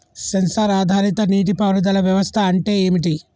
Censor ఆధారిత నీటి పారుదల వ్యవస్థ అంటే ఏమిటి?